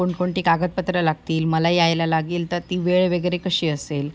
कोणकोणती कागदपत्रं लागतील मला यायला लागेल तर ती वेळ वगैरे कशी असेल